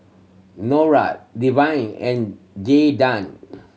Nora Devyn and Jaydan